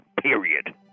period